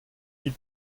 dit